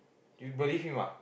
you believe him ah